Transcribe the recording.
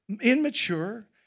immature